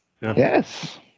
yes